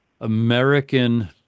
American